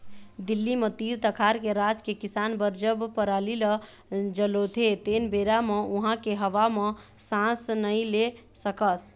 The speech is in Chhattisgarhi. दिल्ली म तीर तखार के राज के किसान बर जब पराली ल जलोथे तेन बेरा म उहां के हवा म सांस नइ ले सकस